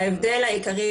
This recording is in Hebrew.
ההבדל העיקרי,